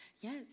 Yes